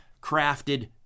crafted